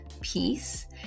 peace